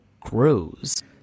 grows